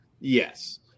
Yes